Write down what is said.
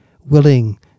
willing